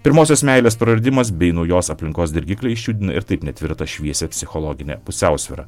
pirmosios meilės praradimas bei naujos aplinkos dirgikliai išjudina ir taip netvirtą šviesę psichologinę pusiausvyrą